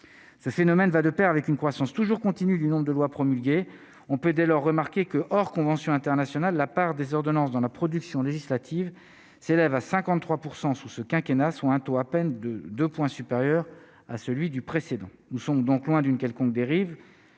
ce phénomène va de Pair avec une croissance toujours continue du nombre de lois promulguées, on peut dès leur remarquer que hors convention internationale, la part des ordonnances dans la production législative s'élève à 53 % sous ce quinquennat sous un taux à peine de 2 points supérieur à celui du précédent, nous sommes donc loin d'une quelconque dérive